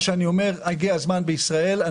הגיע הזמן בישראל.